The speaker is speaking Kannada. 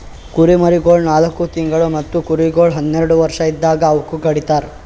ಕುರಿಮರಿಗೊಳ್ ನಾಲ್ಕು ತಿಂಗುಳ್ ಮತ್ತ ಕುರಿಗೊಳ್ ಹನ್ನೆರಡು ವರ್ಷ ಇದ್ದಾಗ್ ಅವೂಕ ಕಡಿತರ್